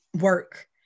work